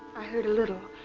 i heard a little.